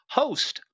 host